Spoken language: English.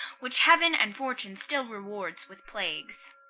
which heaven and fortune still rewards with plagues.